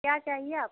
क्या चाहिए आप